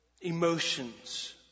emotions